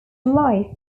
life